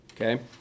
Okay